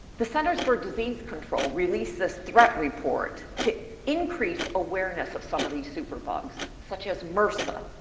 the centers for disease control released this threat report to increase awareness of some of these superbugs such as mrsa,